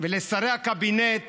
ולשרי הקבינט